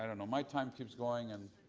and and my time keeps going and